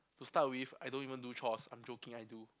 to start with I don't even do chores I'm joking I do